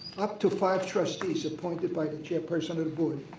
up to five trustees appointed by the chairperson of the board.